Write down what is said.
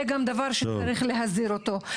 זה גם דבר שצריך להחזיר אותו.